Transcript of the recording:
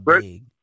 big